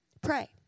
pray